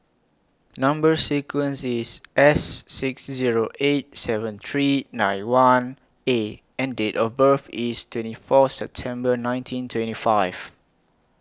Number sequence IS S six Zero eight seven three nine one A and Date of birth IS twenty four September nineteen twenty five